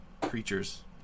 Creatures